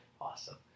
awesome